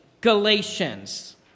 Galatians